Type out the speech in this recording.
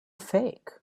fake